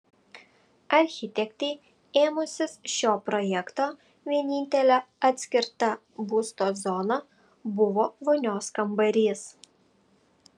architektei ėmusis šio projekto vienintelė atskirta būsto zona buvo vonios kambarys